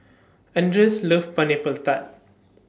Andres loves Pineapple Tart